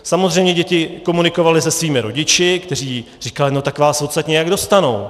Samozřejmě děti komunikovaly se svými rodiči, kteří říkali: no tak vás odsud nějak dostanou...